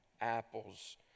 apples